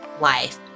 life